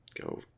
go